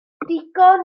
digon